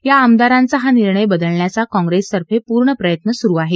या आमदारांचा हा निर्णय बदलण्याचा कॉंग्रेस तर्फे पूर्ण प्रयत्न सुरु आहे